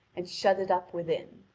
and shut it up within.